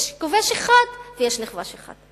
יש כובש אחד ויש נכבש אחד.